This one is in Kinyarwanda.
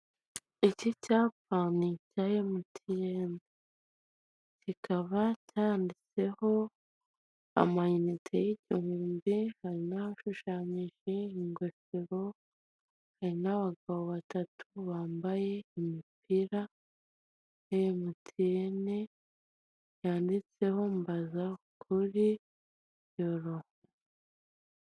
Amafaranga aradufasha mu buzima bwacu bwa buri munsi wayifashisha ushaka ibyo kurya, ibyo kwambara, ugurira abanyeshuri ibikoresho, bishyura amafaranga y'ishuri, leta iyifashisha yubaka ibikorwa remezo.